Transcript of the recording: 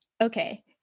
Okay